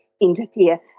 interfere